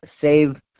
save